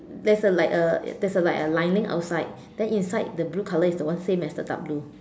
there's a like a there's a like a lining outside then inside the blue colour is the one same as the dark blue